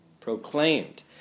proclaimed